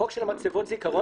החוק של מצבות הזיכרון.